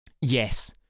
Yes